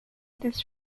this